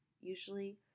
usually